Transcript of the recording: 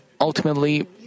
ultimately